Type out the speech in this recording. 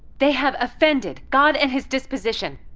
they have offended god and his disposition,